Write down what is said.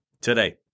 today